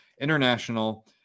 international